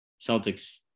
Celtics